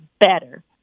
better